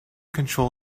control